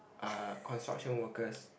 are construction workers